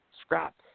scrap